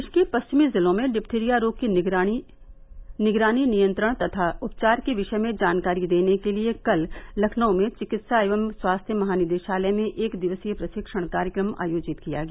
प्रदेश के पश्चिमी जिलों में डिफथिरिया रोग की निगरानी नियंत्रण तथा उपचार के विषय में जानकारी देने के लिए कल लखनऊ में चिकित्सा एवं स्वास्थ्य महानिदेशालय में एक दिवसीय प्रशिक्षण कार्यक्रम आयोजित किया गया